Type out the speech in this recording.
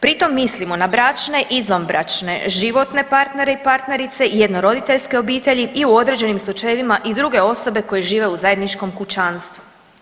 Pri tom mislimo na bračne i izvanbračne, životne partnere i partnerice, jednoroditeljske obitelji i u određenim slučajevima i druge osobe koje žive u zajedničkom kućanstvu.